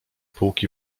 półki